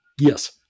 yes